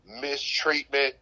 mistreatment